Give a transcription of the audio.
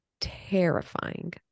terrifying